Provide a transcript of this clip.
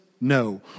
No